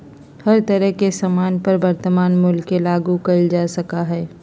हर तरह के सामान पर वर्तमान मूल्य के लागू कइल जा सका हई